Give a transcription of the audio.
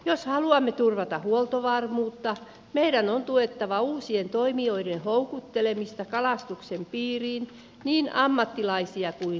jos haluamme turvata huoltovarmuutta meidän on tuettava uusien toimijoiden houkuttelemista kalastuksen piiriin niin ammattilaisten kuin harrastajien